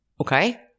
Okay